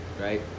right